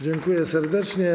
Dziękuję serdecznie.